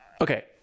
okay